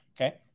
Okay